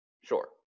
sure